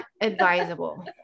advisable